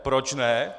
Proč ne?